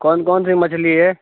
کون کون سی مچھلی ہے